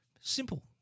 Simple